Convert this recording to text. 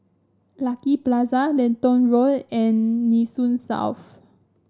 Lucky Plaza Lentor Road and Nee Soon South